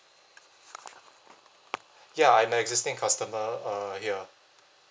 ya I'm an existing customer uh here